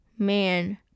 Man